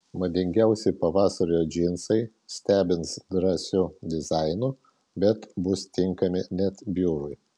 madingiausi pavasario džinsai stebins drąsiu dizainu bet bus tinkami net biurui